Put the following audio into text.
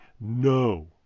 no